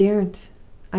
i daren't!